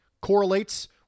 correlates